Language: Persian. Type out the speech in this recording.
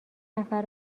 نفر